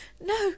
No